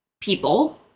people